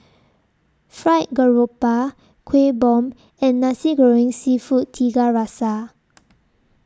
Fried Garoupa Kueh Bom and Nasi Goreng Seafood Tiga Rasa